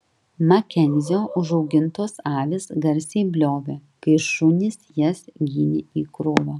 makenzio užaugintos avys garsiai bliovė kai šunys jas ginė į krūvą